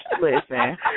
Listen